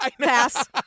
pass